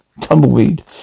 tumbleweed